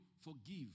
forgive